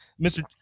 Mr